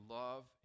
love